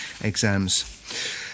exams